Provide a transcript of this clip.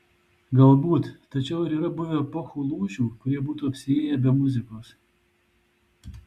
galbūt tačiau ar yra buvę epochų lūžių kurie būtų apsiėję be muzikos